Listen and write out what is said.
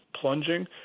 plunging